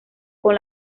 con